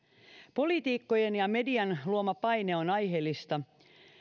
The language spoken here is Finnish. poliitikkojen ja median luoma paine on aiheellista